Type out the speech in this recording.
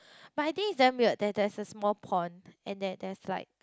but I think it's damn weird that there's a small pond and that there's like